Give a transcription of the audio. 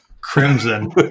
Crimson